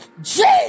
Jesus